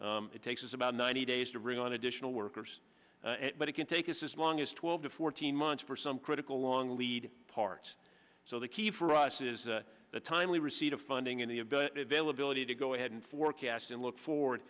depos it takes about ninety days to bring on additional workers but it can take us as long as twelve to fourteen months for some critical long lead parts so the key for us is the timely receipt of funding in the vale ability to go ahead and forecast and look forward